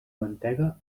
mantega